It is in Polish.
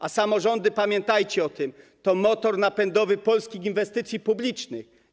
A samorządy - pamiętajcie o tym - to motor napędowy polskich inwestycji publicznych.